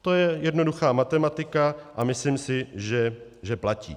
To je jednoduchá matematika a myslím si, že platí.